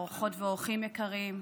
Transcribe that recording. אורחות ואורחים יקרים,